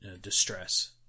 distress